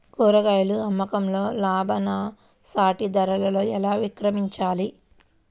కూరగాయాల అమ్మకంలో లాభసాటి ధరలలో ఎలా విక్రయించాలి?